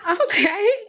Okay